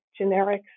generics